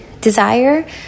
desire